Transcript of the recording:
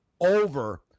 over